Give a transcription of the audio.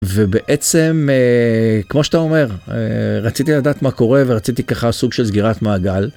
ובעצם כמו שאתה אומר רציתי לדעת מה קורה ורציתי ככה סוג של סגירת מעגל.